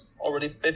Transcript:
already